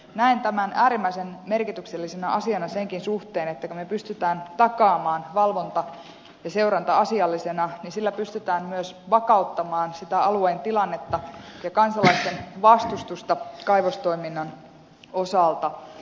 näen tämän äärimmäisen merkityksellisenä asiana senkin suhteen että kun pystymme takaamaan valvonnan ja seurannan asiallisuuden niin sillä pystytään myös vakauttamaan alueen tilannetta ja vähentämään kansalaisten vastustusta kaivostoiminnan osalta